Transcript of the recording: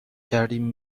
کردیم